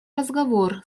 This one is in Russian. разговор